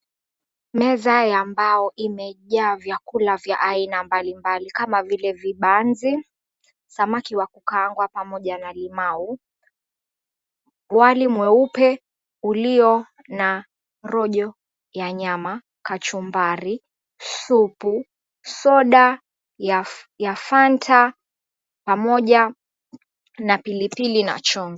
Meza ya mbao imejjaa vyakula vya aina mbalimbali kama vile vibanzi, samaki wa kukaangwa pamoja na limau, wali mweupe ulio na rojo ya nyama, kachumbari, supu, soda ya Fanta pamoja na pilipili na chumvi.